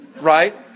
right